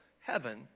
heaven